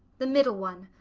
the middle one.